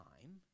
time